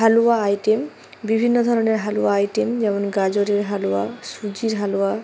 হালুয়া item বিভিন্ন ধরনের halwa item যেমন গাজরের হালুয়া সুজির হালুয়া